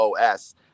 OS